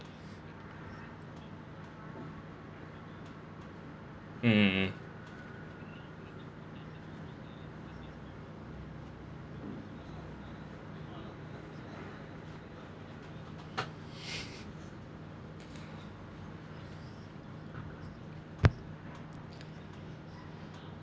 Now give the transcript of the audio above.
mm mm mm